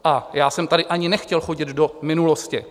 A já jsem tady ani nechtěl chodit do minulosti.